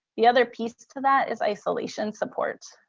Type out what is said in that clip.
the other piece to that is isolation support,